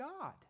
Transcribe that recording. God